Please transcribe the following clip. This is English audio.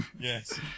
Yes